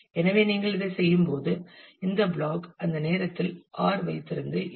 எனவே நீங்கள் இதைச் செய்யும்போது இந்த பிளாக் அந்த நேரத்தில் ஆர் வைத்திருந்து எல்